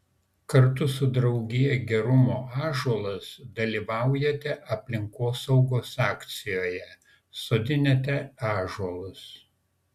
kartu su draugija gerumo ąžuolas dalyvaujate aplinkosaugos akcijoje sodinate ąžuolus